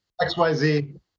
XYZ